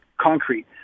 concrete